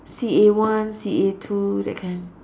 C_A one C_A two that kind